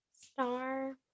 star